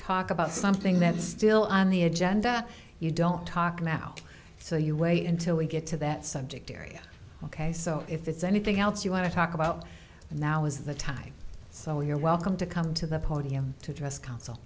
talk about something that's still on the agenda you don't talk now so you wait until we get to that subject area ok so if it's anything else you want to talk about now is the time so you're welcome to come to the podium to address